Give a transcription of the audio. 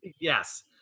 Yes